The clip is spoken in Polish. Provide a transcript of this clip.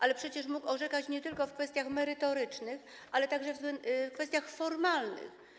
Ale przecież mógł orzekać nie tylko w kwestiach merytorycznych, ale także w kwestiach formalnych.